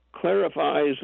clarifies